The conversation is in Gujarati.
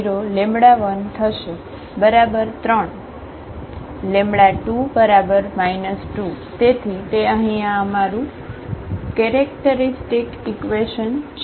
તેથી તે અહીં આ અમારું કેરેક્ટરિસ્ટિક ઈકવેશન છે